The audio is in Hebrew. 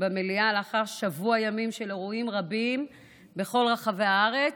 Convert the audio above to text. במליאה לאחר שבוע ימים של אירועים רבים בכל רחבי הארץ,